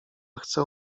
chce